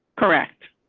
correct.